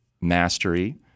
mastery